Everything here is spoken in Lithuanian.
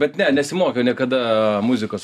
bet ne nesimokiau niekada muzikos